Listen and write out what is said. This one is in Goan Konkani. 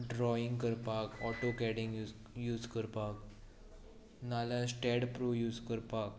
ड्रॉइंग करपाक ऑटो यूझ करपाक ना जाल्यार स्टॅड यूझ करपाक